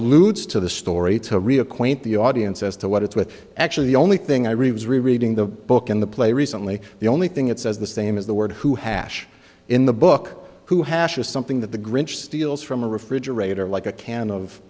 alludes to the story to reacquaint the audience as to what its with actually the only thing i read was rereading the book in the play recently the only thing it says the same is the word who hash in the book who hashes something that the grinch steals from a refrigerator like a can of